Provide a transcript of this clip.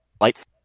lights